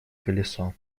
колесо